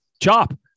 chop